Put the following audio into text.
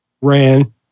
Ran